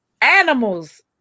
animals